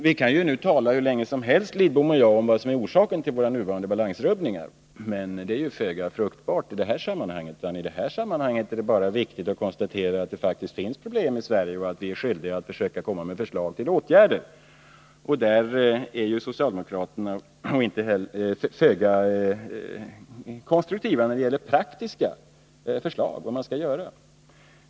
Vi kan tala hur länge som helst, herr Lidbom och jag, om vad som är orsaken till våra nuvarande balansrubbningar, men det är föga fruktbart i det här sammanhanget. Nu är det viktigt att konstatera att det faktiskt finns problem i Sverige och att vi är skyldiga att försöka komma med förslag till åtgärder. Men när det gäller praktiska förslag om vad vi skall göra är socialdemokraterna föga konstruktiva.